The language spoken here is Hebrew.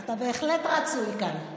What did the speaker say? אתה בהחלט רצוי כאן.